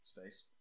space